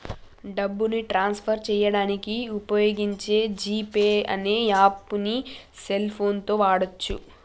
డబ్బుని transfer చేయడానికి వుపయోగించే జీ పే అనే యాప్పుని సెల్ ఫోన్ తో వాడచ్చు